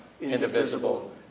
indivisible